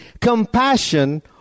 compassion